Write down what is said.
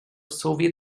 soviet